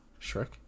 Shrek